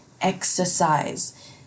exercise